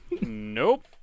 Nope